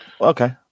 okay